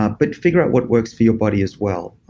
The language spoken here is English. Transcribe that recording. ah but figure out what works for your body as well.